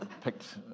picked